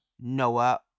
Noah